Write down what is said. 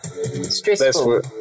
Stressful